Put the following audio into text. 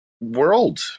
world